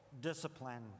discipline